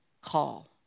call